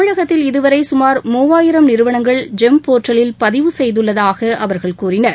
தமிழகத்தில் இதுவரை சுமார் மூவாயிரம் நிறுவனங்கள் ஜெம் போர்ட்டலில் பதிவு செய்துள்ளதாக அவர்கள் கூறினர்